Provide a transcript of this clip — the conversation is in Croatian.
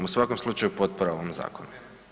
U svakom slučaju potpora ovome zakonu.